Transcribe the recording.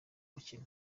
mukino